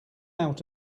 out